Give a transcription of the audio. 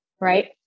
right